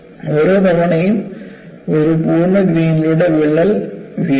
ഓരോ തവണയും ഒരു പൂർണ്ണ ഗ്രേനിലൂടെ വിള്ളൽ വീഴുന്നു